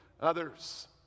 others